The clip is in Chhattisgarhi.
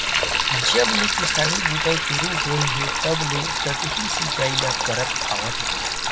जब ले किसानी बूता सुरू होए हे तब ले सतही सिचई ल करत आवत हे